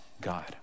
God